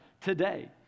today